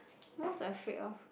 most afraid of